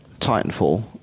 Titanfall